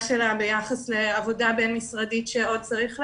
שלה ביחס לעבודה בין-משרדית שעוד צריך לעשות.